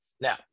now